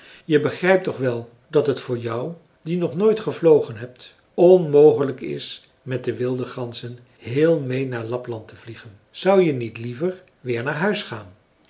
je begrijpt toch wel dat het voor jou die nog nooit gevlogen hebt onmogelijk is met de wilde ganzen heel meê naar lapland te vliegen zou je niet liever weer naar huis gaan